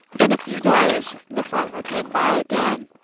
in a few days the farmer came by again,